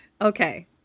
Okay